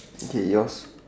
is it yours